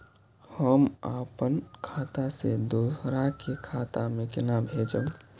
हम आपन खाता से दोहरा के खाता में केना भेजब?